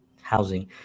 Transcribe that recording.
Housing